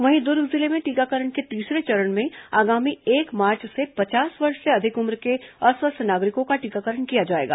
वहीं द्र्ग जिले में टीकाकरण के तीसरे चरण में आगामी एक मार्च से पचास वर्ष से अधिक उम्र के अस्वस्थ नागरिकों का टीकाकरण किया जाएगा